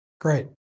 Great